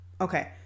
okay